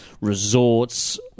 resorts